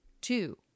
two